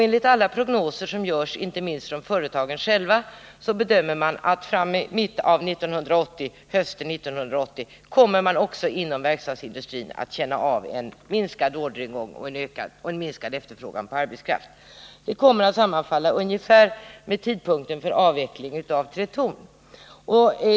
Enligt alla prognoser som görs, inte minst från företagen själva bedömer man att framåt mitten av eller till hösten 1980 också verkstadsindustrin kommer att känna av en minskad orderingång och en minskad efterfrågan på arbetskraft. Detta kommer att sammanfalla ungefär med tidpunkten för avvecklingen av Tretorn.